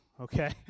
okay